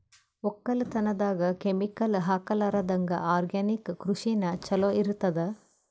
ಒಕ್ಕಲತನದಾಗ ಕೆಮಿಕಲ್ ಹಾಕಲಾರದಂಗ ಆರ್ಗ್ಯಾನಿಕ್ ಕೃಷಿನ ಚಲೋ ಇರತದ